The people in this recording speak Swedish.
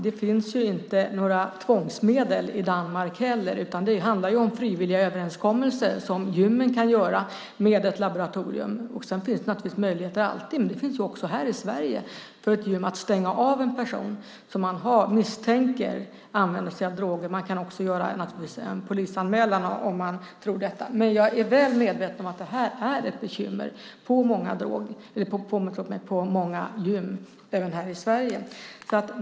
Det finns ju inte några tvångsmedel i Danmark heller, utan det handlar om frivilliga överenskommelser som gymmen kan göra med laboratorier. Sedan finns det naturligtvis alltid möjligheter - det finns det också här i Sverige - för ett gym att stänga av en person som man misstänker använder sig av droger. Man kan också naturligtvis göra en polisanmälan om man tror detta. Jag är väl medveten om att det här är ett bekymmer på många gym även här i Sverige.